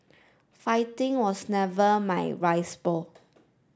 fighting was never my rice bowl